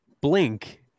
blink